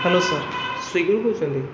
hello sir ସ୍ୱିଗୀରୁ କହୁଛନ୍ତି